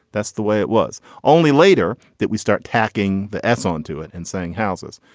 that's the way it was only later that we start tacking the s onto it and saying houses.